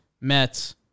Mets